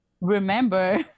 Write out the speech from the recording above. remember